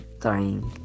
trying